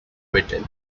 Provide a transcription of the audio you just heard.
written